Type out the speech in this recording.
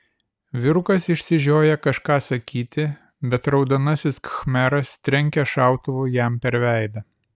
vyrukas išsižioja kažką sakyti bet raudonasis khmeras trenkia šautuvu jam per veidą